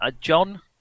John